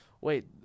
wait